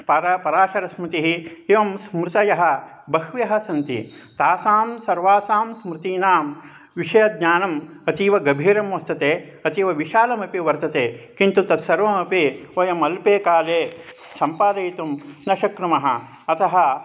पारा पराशरस्मृतिः एवं स्मृतयः बह्व्यः सन्ति तासां सर्वासां स्मृतीनां विषयज्ञानम् अतीव गभीरं वर्तते अतीवविशालमपि वर्तते किन्तु तत्सर्वमपि वयम् अल्पे काले सम्पादयितुं न शक्नुमः अतः